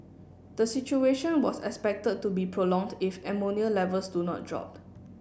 the situation was expected to be prolonged if ammonia levels do not drop